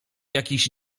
jakiś